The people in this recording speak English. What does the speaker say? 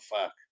Fuck